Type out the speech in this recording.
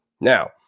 Now